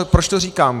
Proč to říkám?